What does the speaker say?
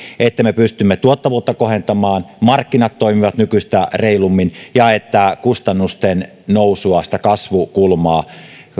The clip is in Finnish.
että me pystymme tuottavuutta kohentamaan markkinat toimivat nykyistä reilummin ja että kustannusten nousua sitä kasvukulmaa